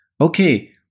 okay